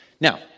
Now